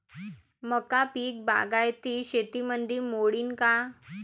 मका पीक बागायती शेतीमंदी मोडीन का?